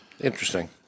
Interesting